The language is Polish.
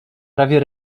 prawie